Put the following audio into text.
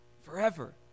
Forever